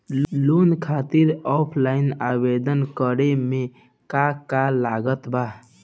Loan खातिर offline आवेदन करे म का का लागत बा?